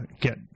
get